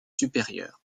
supérieurs